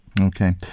okay